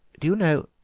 do you know,